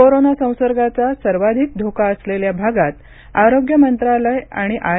corona संसर्गाचा सर्वाधिक धोका असलेल्या भागात आरोग्य मंत्रालय आणि आय